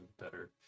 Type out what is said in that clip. better